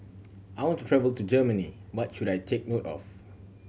I want to travel to Germany what should I take note of